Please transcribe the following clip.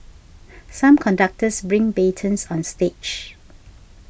some conductors bring batons on stage